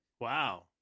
Wow